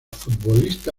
futbolista